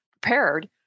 prepared